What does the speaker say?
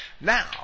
Now